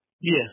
Yes